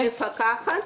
אני כמפקחת